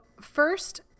first